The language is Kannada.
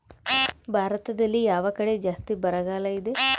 ಭಾರತದಲ್ಲಿ ಯಾವ ಕಡೆ ಜಾಸ್ತಿ ಬರಗಾಲ ಇದೆ?